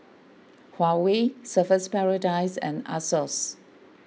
Huawei Surfer's Paradise and Asos